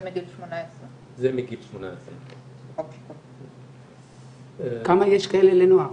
זה מגיל 18. זה מגיל 18. כמה יש כאלה לנוער?